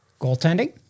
Goaltending